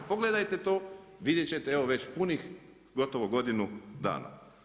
Pogledajte to, vidjet ćete, evo već punih gotovo godinu dana.